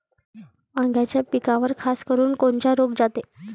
वांग्याच्या पिकावर खासकरुन कोनचा रोग जाते?